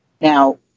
Now